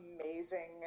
amazing